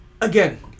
Again